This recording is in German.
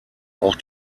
auch